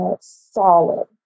solid